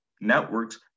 networks